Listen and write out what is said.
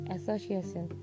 Association